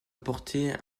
porter